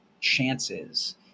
chances